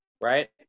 right